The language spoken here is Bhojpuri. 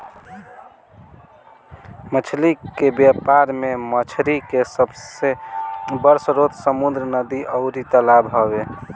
मछली के व्यापार में मछरी के सबसे बड़ स्रोत समुंद्र, नदी अउरी तालाब हवे